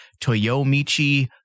Toyomichi